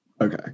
Okay